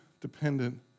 dependent